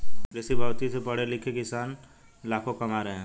कृषिभौतिकी से पढ़े लिखे किसान लाखों कमा रहे हैं